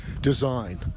design